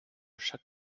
chaque